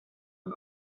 and